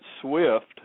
SWIFT